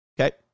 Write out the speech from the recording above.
Okay